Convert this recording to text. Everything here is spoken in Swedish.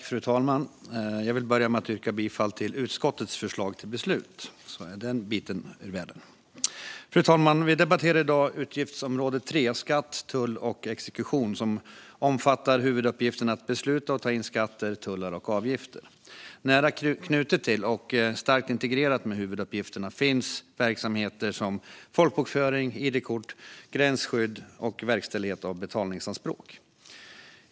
Fru talman! Jag vill börja med att yrka bifall till utskottets förslag till beslut, så är det ur världen. Fru talman! Vi ska i dag debattera utgiftsområde 3 Skatt, tull och exekution, som omfattar huvuduppgifterna att besluta om och ta in skatter, tullar och avgifter. Nära knutet till och starkt integrerat med huvuduppgifterna finns verksamheter som folkbokföring, id-kort, gränsskydd och verkställighet av betalningsanspråk.